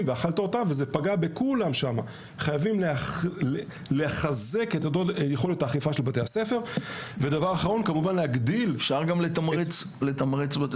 לומדים ברשות ובבתי הספר העל-יסודיים